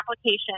application